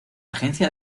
agencia